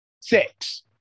Six